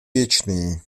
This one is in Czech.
věčný